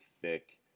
thick